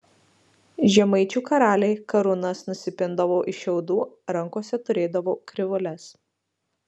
žemaičių karaliai karūnas nusipindavo iš šiaudų rankose turėdavo krivūles